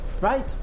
Right